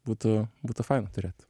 būtų būtų faina turėt